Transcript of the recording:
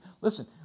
Listen